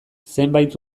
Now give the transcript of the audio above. zenbait